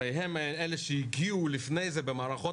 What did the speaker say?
הרי הם אלה שהגיעו לפני זה במערכות